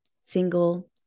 single